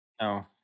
No